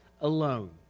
alone